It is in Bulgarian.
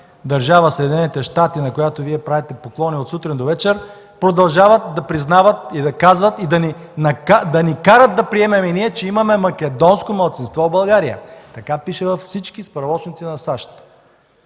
държава Съединените щати, на която Вие правите поклони от сутрин до вечер, продължават да признават, да казват и да ни карат ние да приемем, че имаме македонско малцинство в България. Така пише във всички справочници на